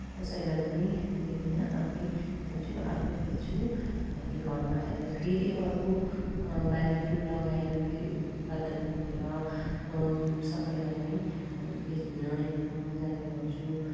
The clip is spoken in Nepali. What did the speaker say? कसैलाई पनि दिदिनँ आफैँ जान्छु आफैँ बेच्छु अनि घरमा आएर फेरि अर्को बालीहरू लगाएर फेरि उत्पादन गरेर सबैलाई नै बेच्न जाने गर्छु